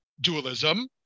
dualism